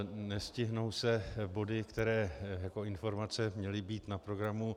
Nestihnou se body, které jako informace měly být na programu.